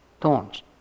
thorns